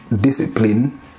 discipline